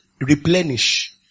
replenish